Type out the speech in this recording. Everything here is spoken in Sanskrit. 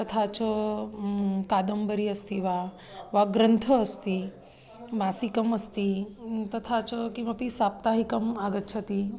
तथा च कादम्बरी अस्ति वा ग्रन्थः अस्ति मासिकम् अस्ति तथा च किमपि साप्ताहिकम् आगच्छति